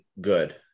good